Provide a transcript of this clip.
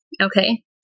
okay